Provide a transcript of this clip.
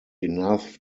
enough